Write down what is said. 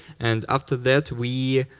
and after that, we